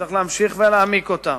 שצריך להמשיך ולהעמיק אותם,